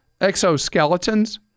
exoskeletons